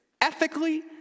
Ethically